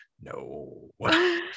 no